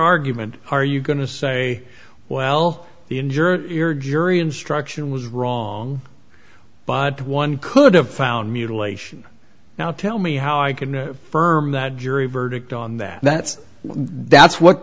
argument are you going to say well the injured your jury instruction was wrong but one could have found mutilation now tell me how i can firm that jury verdict on that that's that's what